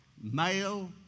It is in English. Male